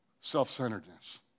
self-centeredness